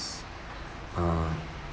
uh